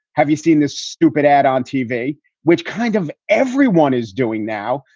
have you seen this stupid ad on tv which kind of everyone is doing now?